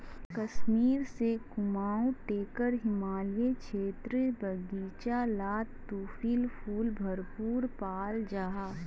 कश्मीर से कुमाऊं टेकर हिमालयी क्षेत्रेर बघिचा लात तुलिप फुल भरपूर पाल जाहा